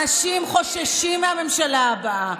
אנשים חוששים מהממשלה הבאה,